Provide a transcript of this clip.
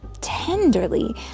tenderly